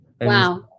Wow